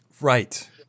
Right